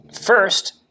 First